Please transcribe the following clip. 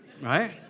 Right